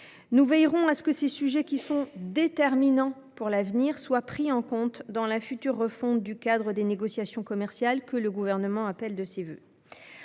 Nous veillerons à ce que ces sujets déterminants pour l’avenir soient pris en compte dans la future refonte du cadre des négociations commerciales que le Gouvernement appelle de ses vœux.